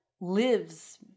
lives